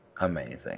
amazing